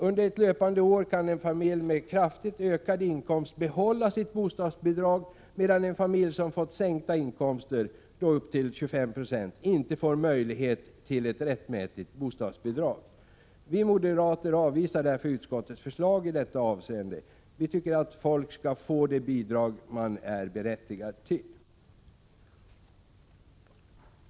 Under löpande år kan en familj med kraftigt ökad inkomst behålla sitt bostadsbidrag, medan en familj som fått med upp till 25 20 sänkta inkomster inte får sitt rättmätiga bostadsbidrag. Vi moderater avvisar därför utskottets förslag i det avseendet. Vi tycker att folk skall få de bidrag de är berättigade till. Herr talman!